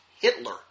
Hitler